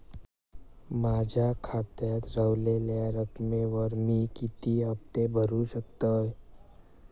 माझ्या खात्यात रव्हलेल्या रकमेवर मी किती हफ्ते भरू शकतय?